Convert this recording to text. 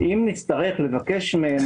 אם נצטרך לבקש מהם